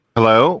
Hello